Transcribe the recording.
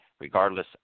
regardless